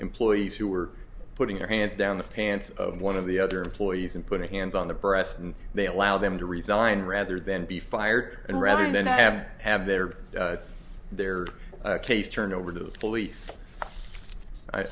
employees who were putting their hands down the pants of one of the other employees and put my hands on the breast and they allow them to resign rather than be fired and rather than have have their their case turned over to the police i